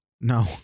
no